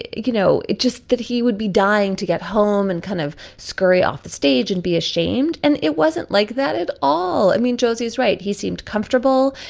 you know, it just that he would be dying to get home and kind of scurry off the stage and be ashamed. and it wasn't like that at all. i mean, joses. right. he seemed comfortable.